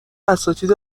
اساتید